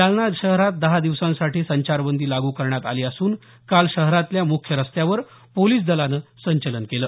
जालना शहरात दहा दिवसासाठी संचारबंदी लागू करण्यात आली असून काल शहरातल्या मुख्य रस्त्यावर पोलिस दलानं संचलन केलं